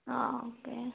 ആ ഓക്കെ